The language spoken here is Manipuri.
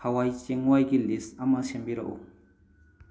ꯍꯋꯥꯏ ꯆꯦꯡꯋꯥꯏꯒꯤ ꯂꯤꯁ ꯑꯃ ꯁꯦꯝꯕꯤꯔꯛꯎ